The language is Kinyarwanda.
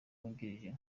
wungirije